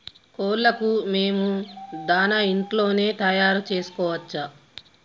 కోళ్లకు మేము దాణా ఇంట్లోనే తయారు చేసుకోవచ్చా?